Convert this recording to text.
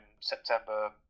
September